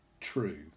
true